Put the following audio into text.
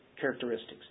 characteristics